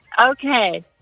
Okay